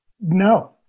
No